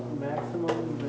maximum